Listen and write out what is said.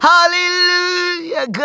Hallelujah